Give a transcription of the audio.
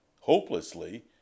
hopelessly